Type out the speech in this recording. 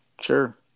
Sure